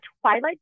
Twilight